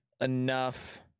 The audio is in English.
enough